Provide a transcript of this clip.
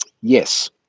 Yes